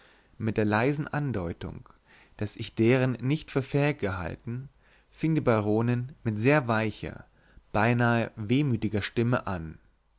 mit der leisen andeutung daß ich ihn deren nicht für fähig gehalten fing die baronin mit sehr weicher beinahe wehmütiger stimme an